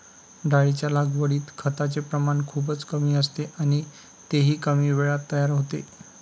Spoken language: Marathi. डाळींच्या लागवडीत खताचे प्रमाण खूपच कमी असते आणि तेही कमी वेळात तयार होते